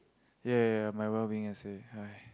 ya ya ya my well being as in haiz